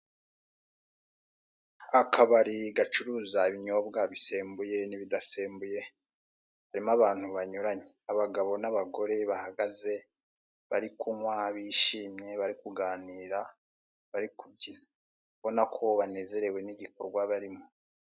Akabari gacuruza ibinyobwa bisembuye n'ibidasembuye, harimo abantu banyuranye. Abagabo n'abagore bahagaze bari kunywa, bishimye, bari kuganira, bari kubyina. Ubona ko banezerewe n'igikorwa barimo.